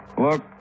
Look